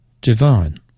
divine